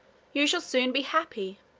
you shall soon be happy.